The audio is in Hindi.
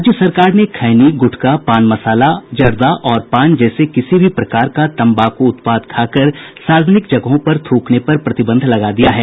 राज्य सरकार ने खैनी गूटखा पान मसाला जर्दा और पान जैसे किसी भी प्रकार का तंबाकू उत्पाद खाकर सार्वजनिक जगहों पर थ्रकने पर प्रतिबंध लगा दिया है